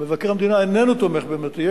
מבקר המדינה איננו תומך בעמדתי,